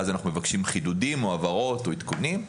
ואז אנחנו מבקשים חידודים או הבהרות או עדכונים.